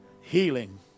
healing